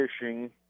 fishing